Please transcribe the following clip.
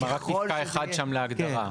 כלומר, רק פסקה אחת שם להגדרה.